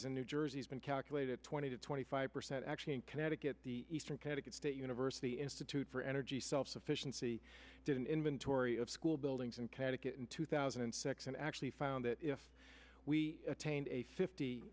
in new jersey's been calculated twenty to twenty five percent actually in connecticut the eastern connecticut state university institute for energy self sufficiency did an inventory of school buildings and caddick in two thousand and six and actually found that if we attained a fifty